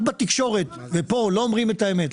רק בתקשורת וכאן לא אומרים את האמת.